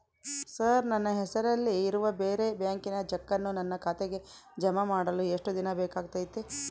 Sir ನನ್ನ ಹೆಸರಲ್ಲಿ ಇರುವ ಬೇರೆ ಬ್ಯಾಂಕಿನ ಚೆಕ್ಕನ್ನು ನನ್ನ ಖಾತೆಗೆ ಜಮಾ ಮಾಡಲು ಎಷ್ಟು ದಿನ ಬೇಕಾಗುತೈತಿ?